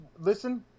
listen